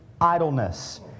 idleness